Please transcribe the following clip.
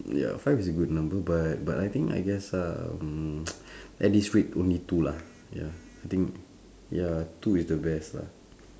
ya five is a good number but but I think I guess um at this rate only two lah ya I think ya two is the best lah